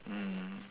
mm